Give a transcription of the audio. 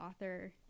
author